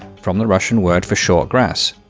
from the russian word for short grass,